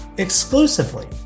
exclusively